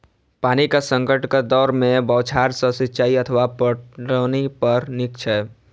पानिक संकटक दौर मे बौछार सं सिंचाइ अथवा पटौनी बड़ नीक छै